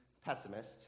pessimist